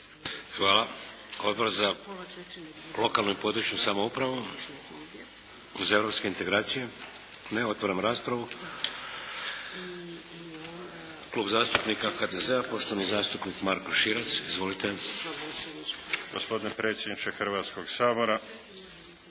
Hvala. Odbor za lokalnu i područnu samoupravu? Za Europske integracije? NE. Otvaram raspravu. Klub zastupnika HDZ-a poštovani zastupnik Marko Širac. **Širac, Marko (HDZ)** Gospodine predsjedniče Sabora,